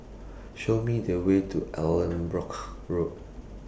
Show Me The Way to Allanbrooke Road